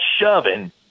shoving